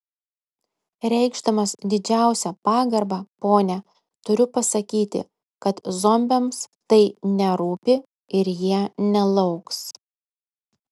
reikšdamas didžiausią pagarbą ponia turiu pasakyti kad zombiams tai nerūpi ir jie nelauks